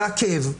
לעכב,